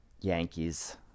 Yankees